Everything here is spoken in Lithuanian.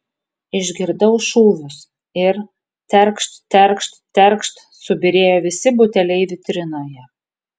išgirdau šūvius ir terkšt terkšt terkšt subyrėjo visi buteliai vitrinoje